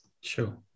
Sure